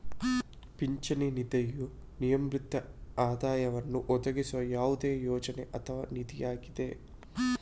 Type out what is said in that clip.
ಪಿಂಚಣಿ ನಿಧಿಯು ನಿವೃತ್ತಿ ಆದಾಯವನ್ನು ಒದಗಿಸುವ ಯಾವುದೇ ಯೋಜನೆ ಅಥವಾ ನಿಧಿಯಾಗಿದೆ